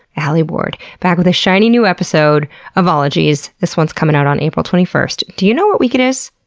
alie ward, back with a shiny new episode of ologies. this one's coming out on april twenty one. do you know what week it is?